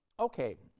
okay,